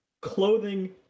clothing